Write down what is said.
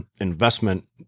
investment